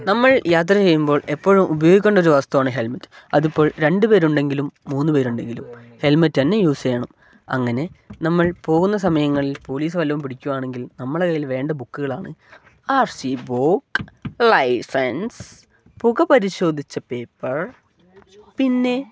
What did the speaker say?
നമ്മൾ യാത്ര ചെയ്യുമ്പോൾ എപ്പോഴും ഉപയോഗിക്കേണ്ട ഒരു വസ്തുവാണ് ഹെൽമെറ്റ് അതിപ്പോൾ രണ്ട് പേർ ഉണ്ടെങ്കിലും മൂന്ന് പേർ ഉണ്ടെങ്കിലും ഹെൽമെറ്റന്നെ യൂസ് ചെയ്യണം അങ്ങനെ നമ്മൾ പോകുന്ന സമയങ്ങളിൽ പോലീസ് വല്ലതും പിടിക്കുവാണെങ്കിൽ നമ്മുടെ കയ്യിൽ വേണ്ട ബുക്കുകളാണ് ആർ സി ബുക്ക് ലൈസൻസ് പുക പരിശോധിച്ച പേപ്പർ പിന്നെ